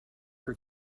her